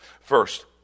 First